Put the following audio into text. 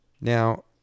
Now